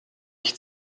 ich